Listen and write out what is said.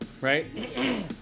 Right